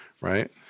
Right